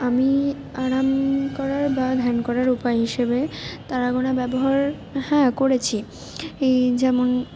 আমি আরাম করার বা ধ্যান করার উপায় হিসাবে তারা গোনা ব্যবহার হ্যাঁ করেছি এই যেমন